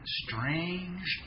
strange